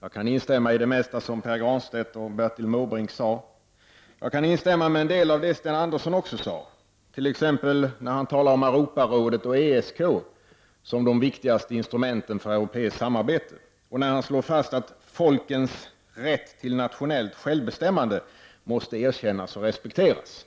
Jag kan instämma i det mesta av det som Pär Granstedt och Bertil Måbrink sade. Jag kan också instämma i en del av det som Sten Andersson sade, t.ex. när han talade om Europarådet och ESK som de viktigaste instrumenten för europeiskt samarbete och när han slog fast att folkens rätt till nationellt självbestämmande måste erkännas och respekteras.